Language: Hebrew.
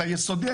אתה יסודי,